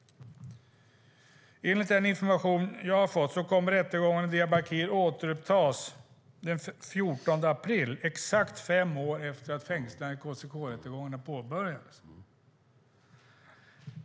Enligt den information jag har fått kommer rättegången i Diyarbakir att återupptas den 14 april, exakt fem år efter det att fängslandena i KCK-rättegångarna påbörjades.